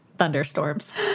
Thunderstorms